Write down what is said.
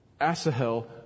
Asahel